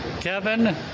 Kevin